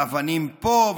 אבנים פה,